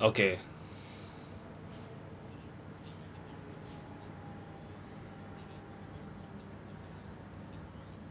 okay